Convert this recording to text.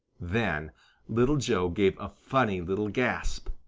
then little joe gave a funny little gasp.